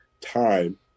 time